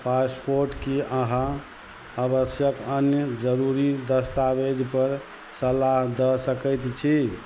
passport की अहाँ आवश्यक अन्य जरूरी दस्तावेज पर सलाह दऽ सकैत छी